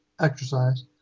exercise